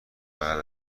بعد